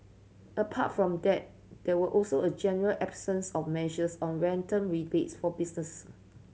apart from that there were also a general absence of measures on rental rebates for businesses